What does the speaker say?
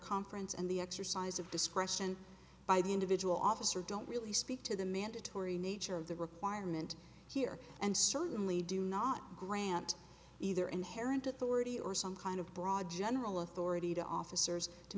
conference and the exercise of discretion by the individual officer don't really speak to the mandatory nature of the requirement here and certainly do not grant either inherent authority or some kind of broad general authority to officers to